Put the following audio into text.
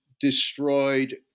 destroyed